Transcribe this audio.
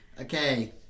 Okay